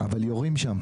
אבל יורים שם.